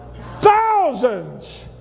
thousands